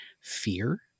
fear